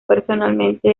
personalmente